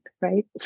right